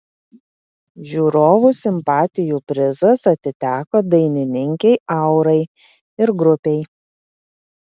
žiūrovų simpatijų prizas atiteko dainininkei aurai ir grupei